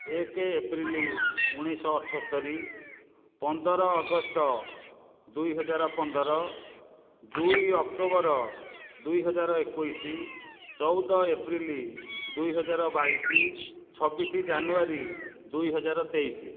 ଏକ ଏପ୍ରିଲ୍ ଉଣେଇଶହ ଅଠସ୍ତରି ପନ୍ଦର ଅଗଷ୍ଟ ଦୁଇହଜାର ପନ୍ଦର ଦୁଇ ଅକ୍ଟୋବର ଦୁଇହଜାର ଏକୋଇଶ ଚଉଦ ଏପ୍ରିଲ୍ ଦୁଇହଜାର ବାଇଶ ଛବିଶ ଜାନୁଆରୀ ଦୁଇହଜାର ତେଇଶ